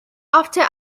after